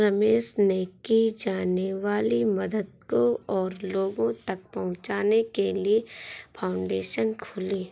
रमेश ने की जाने वाली मदद को और लोगो तक पहुचाने के लिए फाउंडेशन खोली